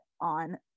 on